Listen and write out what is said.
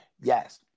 Yes